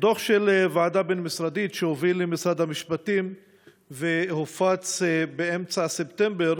דוח של ועדה בין-משרדית שהוביל משרד המשפטים והופץ באמצע ספטמבר